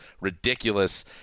ridiculous